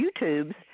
YouTubes